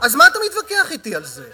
אז מה אתה מתווכח אתי על זה?